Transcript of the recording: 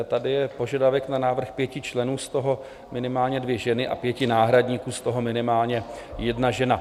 Tady je požadavek na návrh 5 členů, z toho minimálně 2 ženy, a 5 náhradníků, z toho minimálně 1 žena.